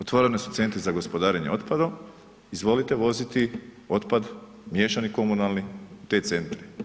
Otvoreni su centri za gospodarenje otpadom, izvolite voziti otpad miješani komunalni u te centre.